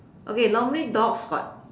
okay normally dogs got